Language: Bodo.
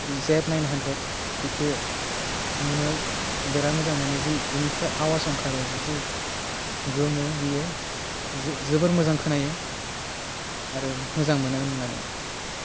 जेद नाइनहान्ड्रेड बेखौ नुनायाव बेराथ मोजां मोनो जि एनिफ्राय आवासाव खारो जि गोमो बियो जो जोबोर मोजां खोनायो आरो मोजां मोनो नुनानै